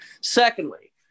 secondly